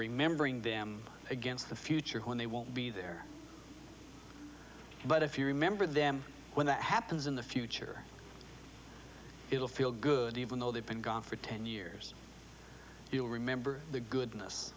remembering them against the future when they won't be there but if you remember them when that happens in the future it will feel good even though they've been gone for ten years you'll remember the goodness